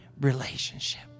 relationship